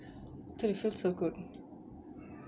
dude it felt so good